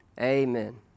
Amen